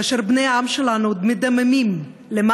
כאשר בני העם שלנו עוד מדממים למוות